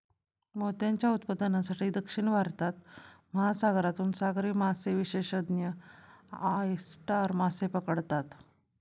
मोत्यांच्या उत्पादनासाठी, दक्षिण भारतात, महासागरातून सागरी मासेविशेषज्ञ ऑयस्टर मासे पकडतात